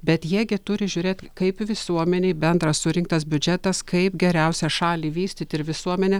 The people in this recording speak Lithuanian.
bet jie gi turi žiūrėt kaip visuomenei bendras surinktas biudžetas kaip geriausia šalį vystyt ir visuomenę